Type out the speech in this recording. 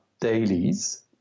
dailies